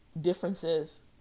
differences